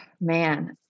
man